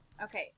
Okay